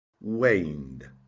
Waned